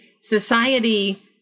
society